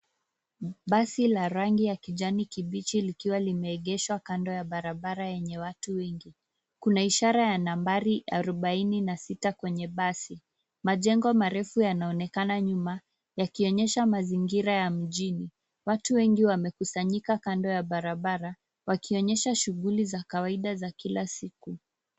Basi la rangi ya kijani kibichi likiwa limeegeshwa kando ya barabara yenye watu wengi. Kuna ishara ya nambari arobaini na sita kwenye basi. Majengo marefu yanaonekana nyuma yakionyesha mazingira ya mjini. Watu wengi wamekusanyika kando ya barabara wakionyesha shughuli za kawaida za kila siku.